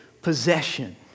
possession